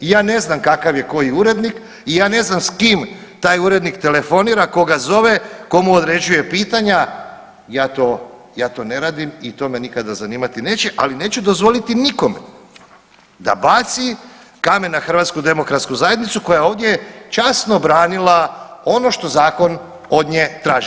I ja ne znam kakav je koji urednik i ja ne znam s kim taj urednik telefonira, koga zove, tko mu određuje pitanja, ja to, ja to ne radim i to me nikada zanimati neće ali neću dozvoliti nikome da baci kamen na HDZ koja je ovdje časno branila ono što zakon od nje traži.